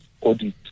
audit